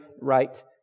right